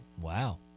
Wow